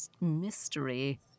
mystery